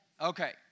Okay